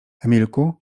emilku